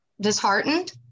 disheartened